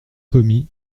commis